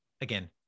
again